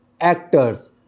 actors